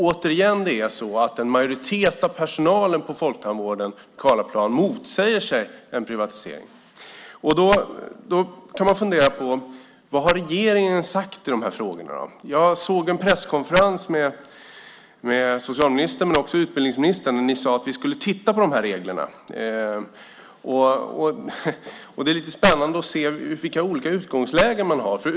Återigen är det så att en majoritet av personalen på folktandvården vid Karlaplan motsätter sig en privatisering. Vad har regeringen sagt i frågorna? Jag såg en presskonferens med socialministern och utbildningsministern. Ni sade att ni skulle titta på reglerna. Det är lite spännande att se vilka olika utgångslägen ni har.